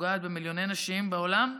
פוגעת במיליוני נשים בעולם,